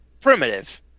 primitive